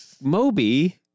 Moby